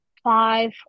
Five